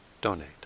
donate